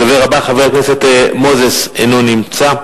הדובר הבא, חבר הכנסת מוזס, אינו נמצא.